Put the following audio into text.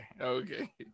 okay